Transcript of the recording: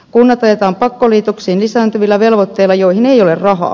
kunnat ajetaan pakkoliitoksiin lisääntyvillä velvoitteilla joihin ei ole rahaa